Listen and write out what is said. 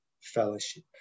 fellowship